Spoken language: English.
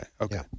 okay